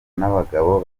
n’abagabo